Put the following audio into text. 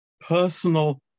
Personal